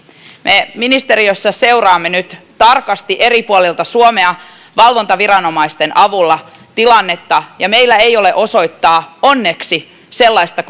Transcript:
me ministeriössä seuraamme nyt tarkasti eri puolilta suomea valvontaviranomaisten avulla tilannetta ja meillä ei ole osoittaa onneksi sellaista